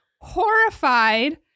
horrified